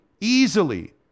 easily